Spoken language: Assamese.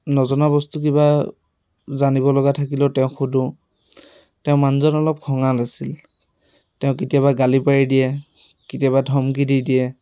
নজনা বস্তু কিবা জানিব লগা থাকিলেও তেওঁক সোধোঁ তেওঁ মানুহজন অলপ খঙাল আছিল তেওঁ কেতিয়াবা গালি পাৰি দিয়ে কেতিয়াবা ধমকি দি দিয়ে